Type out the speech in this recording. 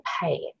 pay